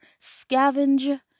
scavenge